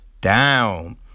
down